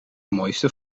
mooiste